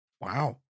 Wow